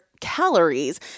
calories